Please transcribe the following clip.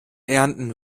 ernten